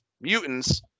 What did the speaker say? mutants